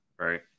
Right